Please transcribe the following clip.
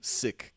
sick